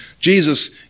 Jesus